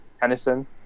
Tennyson